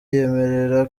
yiyemerera